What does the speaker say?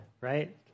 right